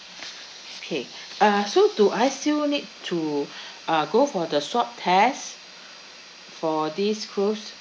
okay uh so do I still need to uh go for the swab test for this cruise